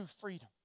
freedom